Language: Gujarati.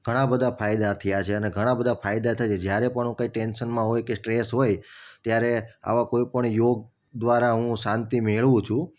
ઘણા બધા ફાયદા થયા છે અને ઘણા બધા ફાયદા થાય છે જ્યારે પણ હું કાંઈક ટેન્શનમાં હોય કે સ્ટ્રેસ હોય ત્યારે આવા કોઈપણ યોગ દ્વારા હું શાંતિ મેળવું છું